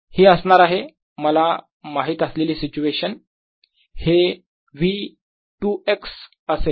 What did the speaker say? हि असणार आहे मला माहीत असलेली सिच्युएशन हे V2x असेल